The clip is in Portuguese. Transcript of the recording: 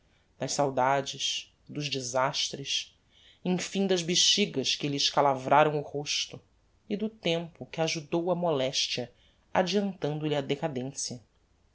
das saudades dos desastres emfim das bexigas que lhe escalavraram o rosto e do tempo que ajudou a molestia adiantando lhe a decadencia